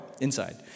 inside